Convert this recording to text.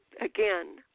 again